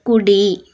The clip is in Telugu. కుడి